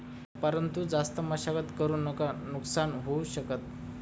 परंतु जास्त मशागत करु नका नुकसान होऊ शकत